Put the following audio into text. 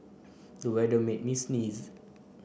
the weather made me sneeze